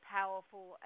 powerful